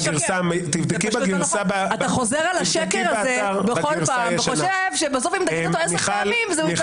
אתה כל פעם חוזר על השקר הזה וחושב שבסוף זה יהיה הנכון.